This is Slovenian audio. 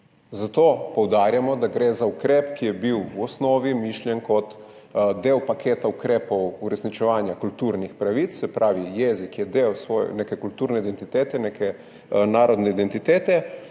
Zato poudarjamo, da gre za ukrep, ki je bil v osnovi mišljen kot del paketa ukrepov uresničevanja kulturnih pravic, se pravi, jezik je del neke kulturne identitete, neke narodne identitete